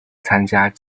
参加